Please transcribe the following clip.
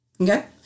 Okay